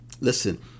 Listen